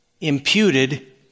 imputed